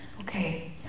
Okay